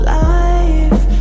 life